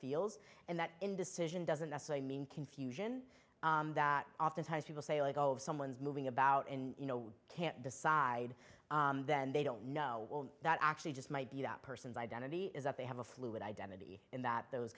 feels and that indecision doesn't necessarily mean confusion that oftentimes people say oh i go if someone's moving about can't decide then they don't know that actually just might be that person's identity is that they have a fluid identity in that those